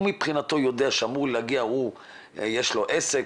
הוא מבחינתו יודע שיש לו עסק,